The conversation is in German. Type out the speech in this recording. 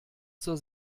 zur